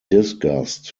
disgust